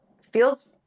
feels